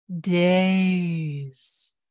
days